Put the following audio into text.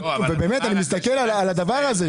באמת אני מסתכל על הדבר הזה,